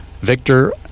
victor